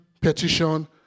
petition